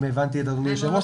אם הבנתי את אדוני היו"ר,